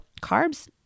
carbs